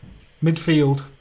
midfield